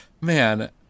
man